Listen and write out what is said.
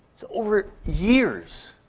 so over years,